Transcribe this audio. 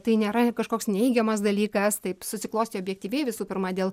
tai nėra kažkoks neigiamas dalykas taip susiklostė objektyviai visų pirma dėl